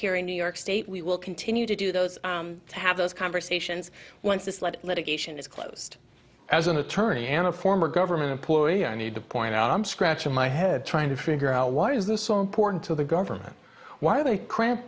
here in new york state we will continue to do those have those conversations went to litigation is closed as an attorney and a former government employee i need to point out i'm scratching my head trying to figure out why is this so important to the government why are they cram